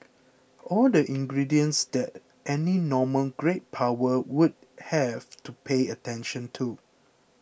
all the ingredients that any normal great power would have to pay attention to